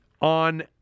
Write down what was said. on